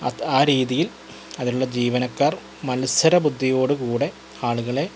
ആ രീതിയിൽ അതിലുള്ള ജീവനക്കാർ മത്സര ബുദ്ധിയോടുകൂടെ ആളുകളെ